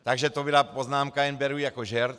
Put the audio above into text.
Takže to byla poznámka, jen beru jako žert.